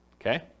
Okay